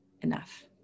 enough